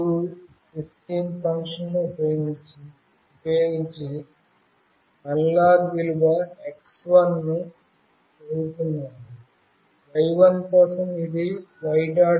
read u16 ఫంక్షన్ను ఉపయోగించి analogue విలువ x1 ను చదువుతున్నాము y1 కోసం ఇది y